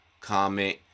comment